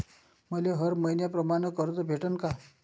मले हर मईन्याप्रमाणं कर्ज भेटन का?